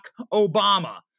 Obama